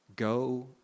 Go